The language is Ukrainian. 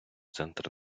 центр